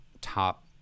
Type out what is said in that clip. top